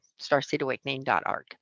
starseedawakening.org